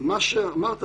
מה שאמרת,